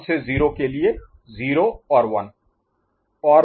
1 से 0 के लिए 0 और 1